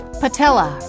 patella